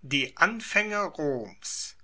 die anfaenge roms